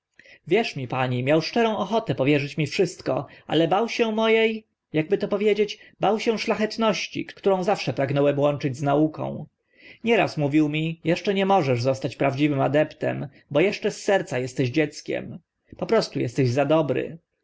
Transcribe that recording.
wierz mi pani miał szczerą ochotę powierzyć mi wszystko ale bał się mo e ta emnica mądrość akby to powiedzieć bał się szlachetności którą zawsze pragnąłem łączyć z nauką nieraz samolubstwo mówił mi jeszcze nie możesz zostać prawdziwym adeptem bo eszcze z serca esteś dzieckiem po prostu esteś za dobry